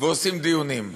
ועושים דיונים.